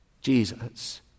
Jesus